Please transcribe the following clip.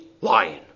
lion